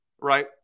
Right